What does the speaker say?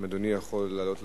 אם אדוני יכול לעלות לדוכן.